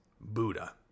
Buddha